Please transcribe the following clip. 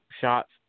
shots